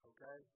Okay